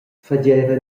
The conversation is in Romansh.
fageva